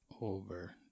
over